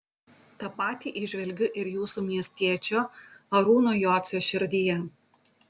tą patį įžvelgiu ir jūsų miestiečio arūno jocio širdyje